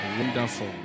Wonderful